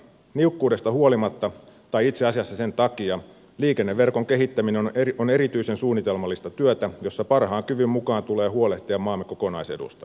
niukkuudesta huolimatta tai itse asiassa sen takia liikenneverkon kehittäminen on erityisen suunnitelmallista työtä jossa parhaan kyvyn mukaan tulee huolehtia maamme kokonaisedusta